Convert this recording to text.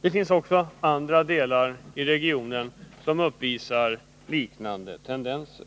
Det finns också andra delar i regionen som uppvisar liknande tendenser.